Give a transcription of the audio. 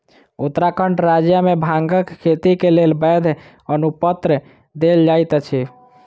उत्तराखंड राज्य मे भांगक खेती के लेल वैध अनुपत्र देल जाइत अछि